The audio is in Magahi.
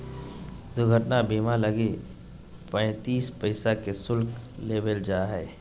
दुर्घटना बीमा लगी पैंतीस पैसा के शुल्क लेबल जा हइ